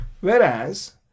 Whereas